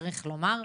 צריך לומר.